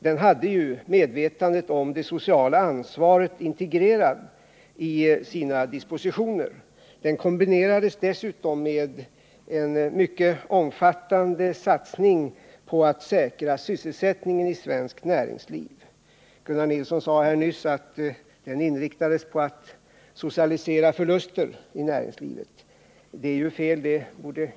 Den hade medvetandet om det sociala ansvaret integrerat i sina dispositioner. Den kombinerades dessutom med en mycket omfattande satsning på att säkra sysselsättningen i svenskt näringsliv. Gunnar Nilsson sade här nyss att den inriktades på att socialisera förluster i näringslivet. Det är fel.